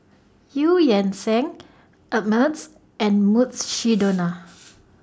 EU Yan Sang Ameltz and Mukshidonna